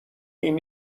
این